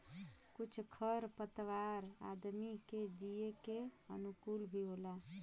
कुछ खर पतवार आदमी के जिये के अनुकूल भी होला